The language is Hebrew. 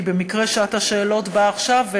כי במקרה שעת השאלות באה עכשיו,